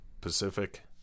Pacific